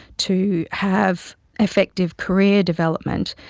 to have effective career development,